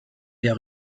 der